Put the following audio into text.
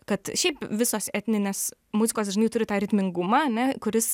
kad šiaip visos etninės muzikos žinai turi tą ritmingumą ane kuris